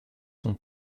son